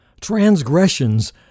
transgressions